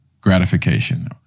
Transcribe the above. gratification